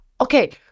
okay